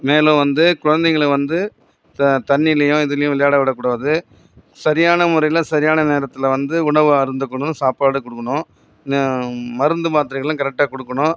மேலே வந்து குழந்தைங்களை வந்து த தண்ணிலேயும் இதுலேயும் விளையாட விட கூடாது சரியான முறையில் சரியான நேரத்தில் வந்து உணவு அருந்த குணும் சாப்பாடு கொடுக்கணும் நெ மருந்து மாத்திரைகளும் கரக்டாக கொடுக்கணும்